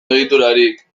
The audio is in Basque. egiturarik